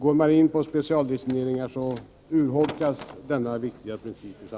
Går man in på specialdestineringar urholkas denna viktiga princip.